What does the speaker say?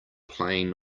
playing